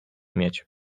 mieć